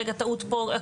רגע טעות פה,